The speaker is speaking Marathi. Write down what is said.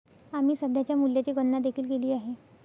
आम्ही सध्याच्या मूल्याची गणना देखील केली आहे